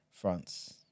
France